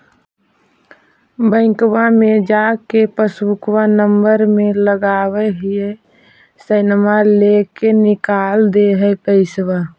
बैंकवा मे जा के पासबुकवा नम्बर मे लगवहिऐ सैनवा लेके निकाल दे है पैसवा?